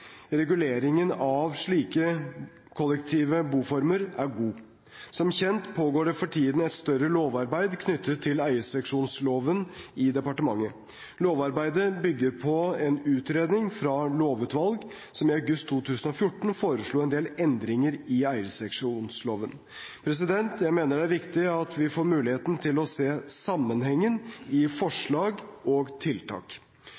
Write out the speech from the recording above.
reguleringen av slike kollektive boformer er god. Som kjent pågår det for tiden et større lovarbeid i departementet knyttet til eierseksjonsloven. Lovarbeidet bygger på en utredning fra et lovutvalg som i august 2014 foreslo en del endringer i eierseksjonsloven. Jeg mener det er viktig at vi får muligheten til å se sammenhengen i